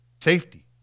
safety